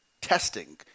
testing